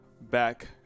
back